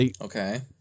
Okay